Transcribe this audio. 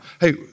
Hey